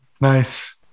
Nice